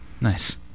nice